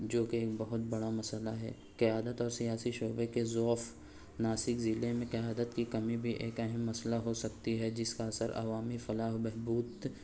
جو کہ ایک بہت بڑا مسئلہ ہے قیادت اور سیاسی شعبے کے ضعف ناسک ضلع میں قیادت کی کمی بھی ایک اہم مسئلہ ہو سکتی ہے جس کا اثر عوامی فلاح و بہبود